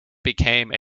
became